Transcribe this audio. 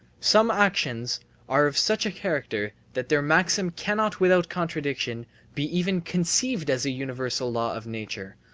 some actions are of such a character that their maxim cannot without contradiction be even conceived as a universal law of nature,